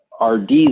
RD